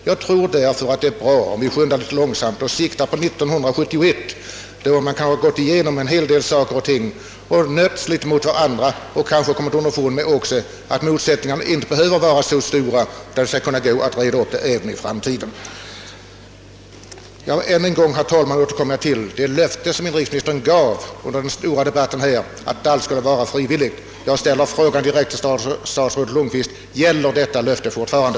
Jag tror därför att det är bra om vi skyndar litet långsamt och siktar på 1971, då vi kan ha gått igenom en hel del frågor, nötts litet mot varandra och kanske också kommit underfund med att motsättningarna inte behöver vara så stora, utan att det skall kunna gå att reda upp dem även i framtiden. Ännu en gång, herr talman, återkommer jag till det löfte som inrikesministern gav under den stora debatten, att allt skulle vara frivilligt. Jag ställer frågan direkt till statsrådet Lundkvist: Gäller detta löfte fortfarande?